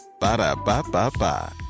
ba-da-ba-ba-ba